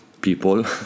people